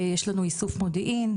יש לנו איסוף מודיעין,